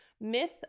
myth